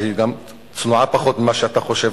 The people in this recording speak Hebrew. שהיא צנועה פחות ממה שאתה חושב,